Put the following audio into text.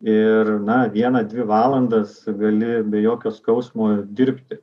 ir na vieną dvi valandas gali be jokio skausmo dirbti